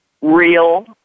Real